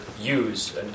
use